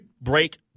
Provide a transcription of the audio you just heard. break